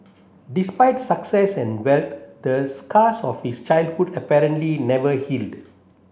despite success and wealth the scars of his childhood apparently never healed